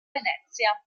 venezia